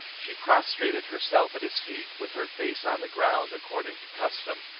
she prostrated herself at his feet, with her face on the ground, according to custom.